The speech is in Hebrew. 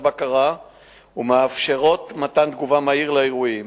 בקרה ומאפשרות מתן תגובה מהירה לאירועים.